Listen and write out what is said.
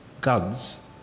guns